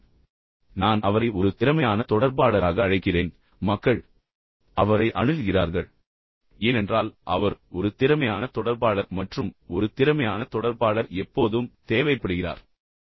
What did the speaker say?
இப்போது நான் அவரை ஒரு திறமையான தொடர்பாளராக அழைக்கிறேன் உண்மையில் மக்கள் அவரை அணுகுகிறார்கள் ஏனென்றால் அவர் ஒரு திறமையான தொடர்பாளர் மற்றும் ஒரு திறமையான தொடர்பாளர் எப்போதும் தேவைப்படுகிறார்